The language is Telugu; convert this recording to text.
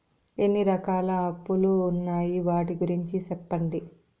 ఎన్ని రకాల అప్పులు ఉన్నాయి? వాటి గురించి సెప్పండి?